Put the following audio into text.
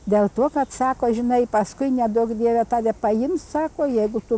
dėl to kad sako žinai paskui neduok dieve tave paims sako jeigu tu